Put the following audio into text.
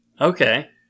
Okay